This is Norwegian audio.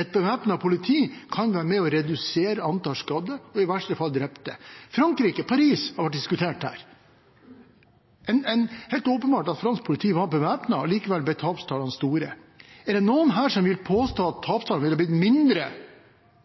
et bevæpnet politi kan være med på å redusere antall skadde og i verste fall drepte. Frankrike – Paris – har vært diskutert her. Det er helt åpenbart at fransk politi var bevæpnet, og allikevel ble tapstallene store. Er det noen her som vil påstå at tapstallene ville blitt mindre